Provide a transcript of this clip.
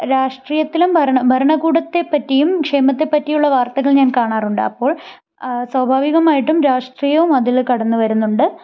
രാഷ്ട്രീയത്തിലും ഭരണ ഭരണകൂടത്തെ പറ്റിയും ക്ഷേമത്തെ പറ്റിയുള്ള വാർത്തകൾ ഞാൻ കാണാറുണ്ട് അപ്പോൾ സ്വാഭാവികമായിട്ടും രാഷ്ട്രീയവും അതിൽ കടന്ന് വരുന്നുണ്ട്